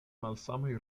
malsamaj